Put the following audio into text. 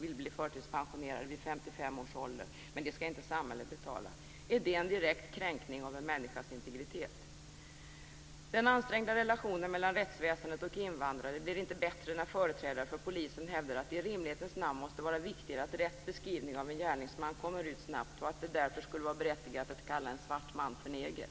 vill bli förtidspensionerade vi 55 års ålder - men det skall inte samhället betala - är det en direkt kränkning av en människas integritet. Den ansträngda relationen mellan rättsväsendet och invandrare blir inte bättre när företrädare för polisen hävdar att det i rimlighetens namn måste vara viktigast att rätt beskrivning av en gärningsman kommer ut snabbt och att det därför skulle vara berättigat att kalla en svart man för neger.